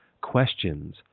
questions